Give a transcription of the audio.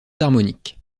harmonique